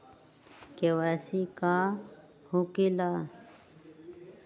KYC का हो के ला?